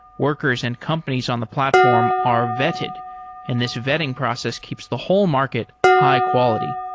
workers and companies on the platform are vetted and this vetting process keeps the whole market high-quality.